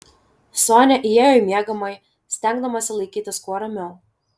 sonia įėjo į miegamąjį stengdamasi laikytis kuo ramiau